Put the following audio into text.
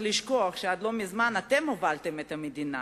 לשכוח שעד לא מזמן אתם הובלתם את המדינה.